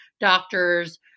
doctors